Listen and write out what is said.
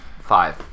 five